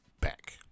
back